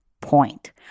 point